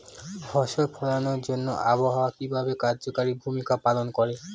ফসল ফলানোর জন্য আবহাওয়া কিভাবে কার্যকরী ভূমিকা পালন করে?